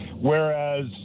whereas